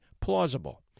plausible